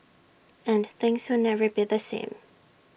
and things will never be the same